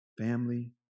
family